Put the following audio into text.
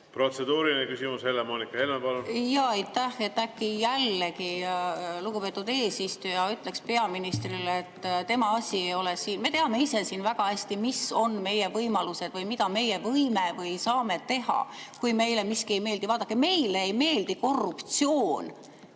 Protseduuriline küsimus, Helle-Moonika Helme, palun! Aitäh! Äkki jällegi, lugupeetud eesistuja ütleks peaministrile, et tema asi ei ole siin ... Me teame ise väga hästi, mis on meie võimalused või mida meie võime või saame teha, kui meile miski ei meeldi. Vaadake, meile ei meeldi korruptsioon